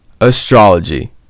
astrology